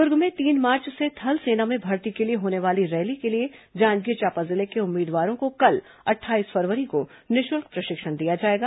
दुर्ग में तीन मार्च से थल सेना में भर्ती के लिए होने वाली रैली के लिए जांजगीर चांपा जिले के उम्मीदवारों को कल अट्ठाईस फरवरी को निःशुल्क प्रशिक्षण दिया जाएगा